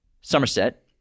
Somerset